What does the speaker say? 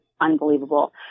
unbelievable